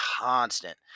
constant